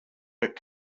but